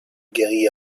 guerrilla